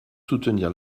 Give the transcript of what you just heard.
soutenir